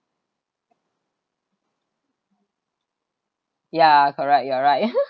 ya correct you are right